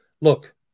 look